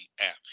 app